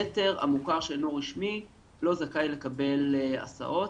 יתר המוכר שאינו רשמי לא זכאי לקבל הסעות.